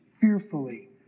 fearfully